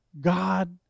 God